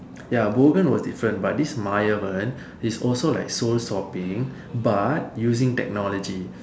ya Bogan: pookan were different but this Maayavan he's also like soul swapping but using technology